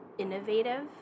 Innovative